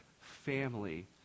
family